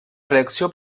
reacció